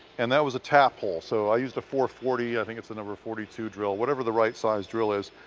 and that was a tap hole, so i used a four forty, i think it's a number forty two drill. whatever the right size drill is,